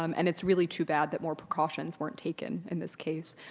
um and it's really too bad that more precautions weren't taken in this case.